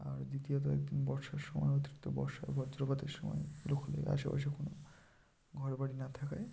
আর দ্বিতীয়ত এক দিন বর্ষার সময় অতিরিক্ত বর্ষা বজ্রপাতের সময় দুকূলে আশেপাশে কোনো ঘরবাড়ি না থাকায়